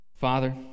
Father